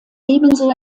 ebenso